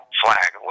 flag